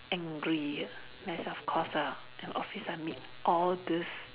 angry ah then I say of course ah in office I meet all these